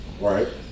Right